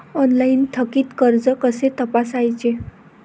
Online थकीत कर्ज कसे तपासायचे?